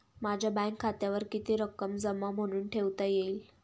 माझ्या बँक खात्यावर किती रक्कम जमा म्हणून ठेवता येईल?